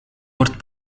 wordt